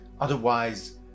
Otherwise